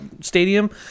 stadium